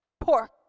pork